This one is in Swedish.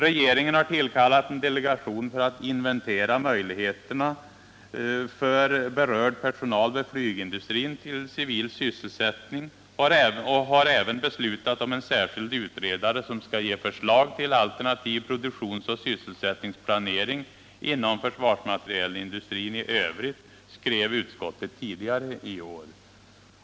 Regeringen har tillkallat en delegation för att inventera möjligheterna för berörd personal vid flygindustrin till civil sysselsättning och har även beslutat om en särskild utredare som skall ge förslag till alternativ produktionsoch sysselsättningsplanering inom försvarsmaterielindustrin i övrigt, skrev utskottet tidigare i år.